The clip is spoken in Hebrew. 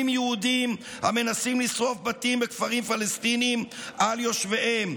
יהודים המנסים לשרוף בתים בכפרים פלסטיניים על יושביהם".